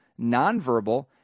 nonverbal